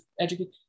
educate